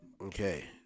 Okay